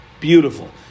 beautiful